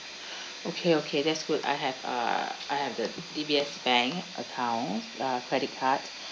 okay okay that's good I have uh I have the D_B_S bank account uh credit card